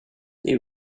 they